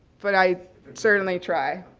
but i certainly try.